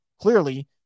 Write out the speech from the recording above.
clearly